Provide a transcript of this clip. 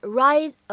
rise